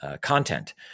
content